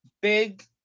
big